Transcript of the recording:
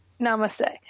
Namaste